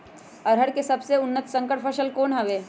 अरहर के सबसे उन्नत संकर फसल कौन हव?